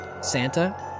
Santa